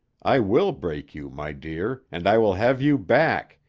i will break you, my dear, and i will have you back,